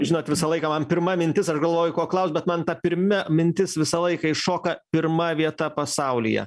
žinot visą laiką man pirma mintis aš galvoju ko klaust bet man ta pirma mintis visą laiką iššoka pirma vieta pasaulyje